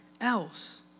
else